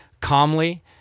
calmly